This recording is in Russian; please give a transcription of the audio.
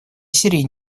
сирии